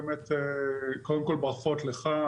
ברכות לך,